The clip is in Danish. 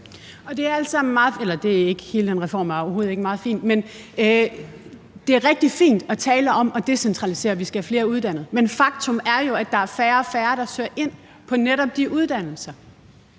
det er rigtig fint at tale om at decentralisere og om, at vi skal have flere uddannet. Men faktum er jo, at der er færre og færre, der søger ind på netop de uddannelser.